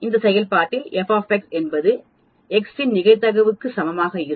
இந்த செயல்பாட்டில் f என்பது எக்ஸின் நிகழ்தகவு க்கு சமமாக இருக்கும்